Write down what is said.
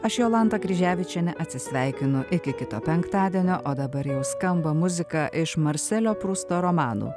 aš jolantą kryževičienę atsisveikinu iki kito penktadienio o dabar jau skamba muzika iš marselio prusto romano